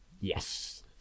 Yes